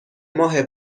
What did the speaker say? ماه